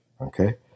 Okay